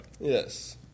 Yes